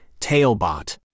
Tailbot